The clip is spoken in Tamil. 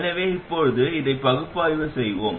எனவே இப்போது இதை பகுப்பாய்வு செய்வோம்